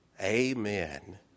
Amen